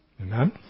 Amen